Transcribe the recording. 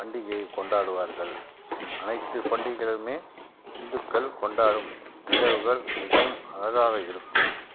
பண்டிகையை கொண்டாடுவார்கள் அனைத்து பண்டிகைகளுமே இந்துக்கள் கொண்டாடும் நிகழ்வுகள் மிகவும் அழகாக இருக்கும்